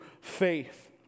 faith